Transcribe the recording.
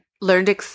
learned